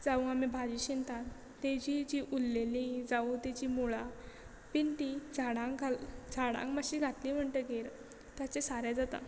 जावूं आमी भाजी शिनतात तेजी जी उरलेली जावूं तेजी मुळां बीन ती झाडांक घाल झाडांक मातशी घातली म्हणटकीर ताचे सारें जाता